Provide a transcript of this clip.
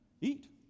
eat